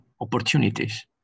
opportunities